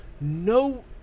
No